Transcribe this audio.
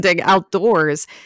outdoors